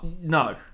No